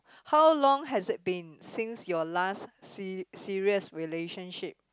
how long has it been since your last se~ serious relationship